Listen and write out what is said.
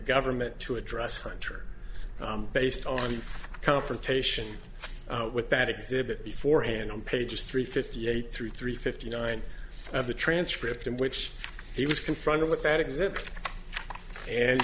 government to address hunter based on confrontation with that exhibit before hand on pages three fifty eight through three fifty nine of the transcript in which he was confronted with that exhibit and